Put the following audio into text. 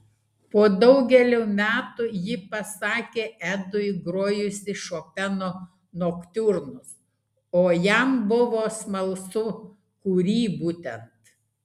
po daugelio metų ji pasakė edui grojusi šopeno noktiurnus o jam buvo smalsu kurį būtent